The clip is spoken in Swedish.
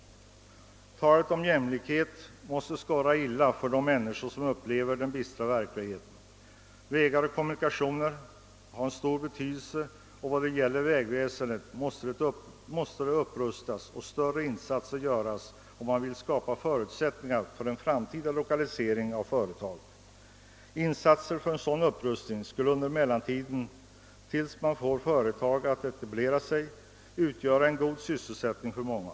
Talet om jämlikhet måste skorra i öronen på de människor som upplever den bistra verkligheten. Vägar och kommunikationer har stor betydelse — vägväsendet måste upprustas och större insatser göras om man vill skapa förutsättningar för en framtida lokalise ring av företag. Insatser för en sådan upprustning skulle under mellantiden, tills man får företag att etablera sig, ge god sysselsättning för många.